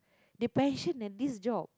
they pension at this job